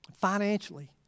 financially